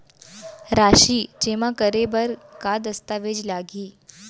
राशि जेमा करे बर का दस्तावेज लागही?